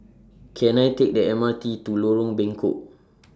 Can I Take The M R T to Lorong Bengkok